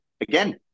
again